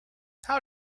how